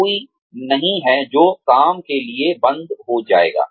कोई नहीं है जो काम के लिए बंद हो जाएगा